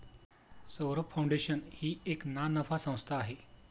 Saurabh foundation ही एक ना नफा संस्था आहे